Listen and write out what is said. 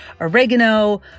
oregano